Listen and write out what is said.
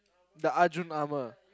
the Arjun armor